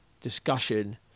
discussion